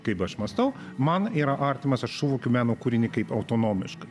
kaip aš mąstau man yra artimas aš suvokiu meno kūrinį kaip autonomišką